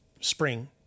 spring